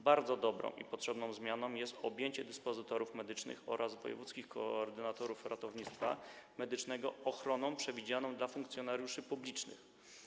Bardzo dobrą i potrzebną zmianą jest objęcie dyspozytorów medycznych oraz wojewódzkich koordynatorów ratownictwa medycznego ochroną przewidzianą dla funkcjonariuszy publicznych.